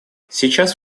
сейчас